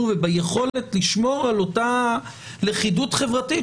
וביכולת לשמור על אותה לכידות חברתית,